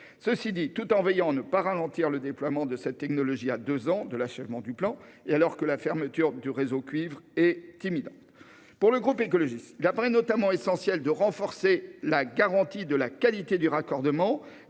à la fibre tout en veillant à ne pas ralentir le déploiement de cette technologie, à deux ans de l'achèvement du plan et alors que la fermeture du réseau cuivre est imminente. Pour le groupe Écologiste- Solidarité et Territoires, il est essentiel de renforcer la garantie de la qualité du raccordement